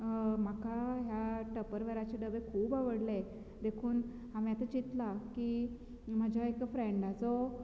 म्हाका ह्या टपरवेराचे डबे खूब आवडले देखून हांवें आतां चिंतला की म्हज्या एका फ्रेंडाचो